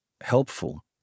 helpful